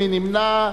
מי נמנע?